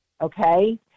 okay